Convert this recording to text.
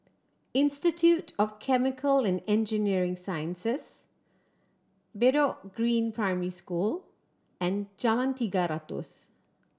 Institute of Chemical and Engineering Sciences Bedok Green Primary School and Jalan Tiga Ratus